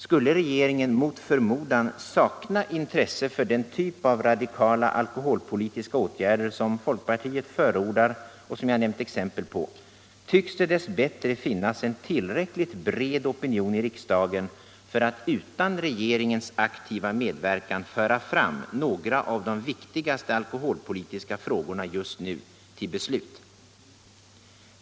Skulle regeringen mot förmodan sakna intresse för den typ av radikala alkoholpolitiska åtgärder som folkpartiet förordar och som jag gett exempel på, tycks det dess bättre finnas en tillräckligt bred opinion i riksdagen för att utan regeringens aktiva medverkan föra fram några av de viktigaste alkoholpolitiska frågorna just nu till beslut.